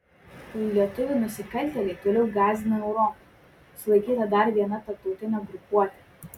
lietuvių nusikaltėliai toliau gąsdina europą sulaikyta dar viena tarptautinė grupuotė